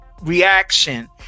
reaction